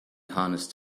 honest